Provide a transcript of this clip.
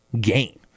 gain